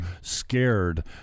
scared